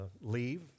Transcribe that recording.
leave